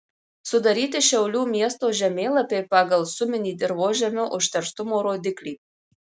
sudaryti šiaulių miesto žemėlapiai pagal suminį dirvožemio užterštumo rodiklį